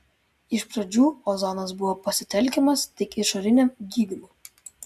iš pradžių ozonas buvo pasitelkiamas tik išoriniam gydymui